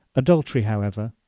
adultery, however,